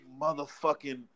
motherfucking